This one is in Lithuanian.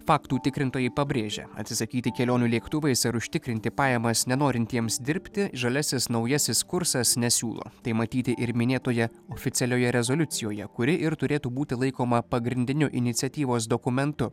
faktų tikrintojai pabrėžia atsisakyti kelionių lėktuvais ar užtikrinti pajamas nenorintiems dirbti žaliasis naujasis kursas nesiūlo tai matyti ir minėtoje oficialioje rezoliucijoje kuri ir turėtų būti laikoma pagrindiniu iniciatyvos dokumentu